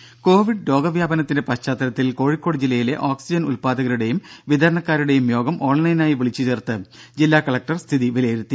ദര കോവിഡ് രോഗവ്യാപനത്തിന്റെ പശ്ചാത്തലത്തിൽ കോഴിക്കോട് ജില്ലയിലെ ഓക്സിജൻ ഉത്പാദകരുടേയും വിതരണക്കാരുടെയും യോഗം ഓൺലൈനായി വിളിച്ചു ചേർത്ത് ജില്ലാ കലക്ടർ സാംബശിവ റാവു സ്ഥിതി വിലയിരുത്തി